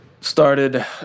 started